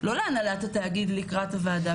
לא להנהלת התאגיד לקראת הוועדה.